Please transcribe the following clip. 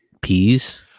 peas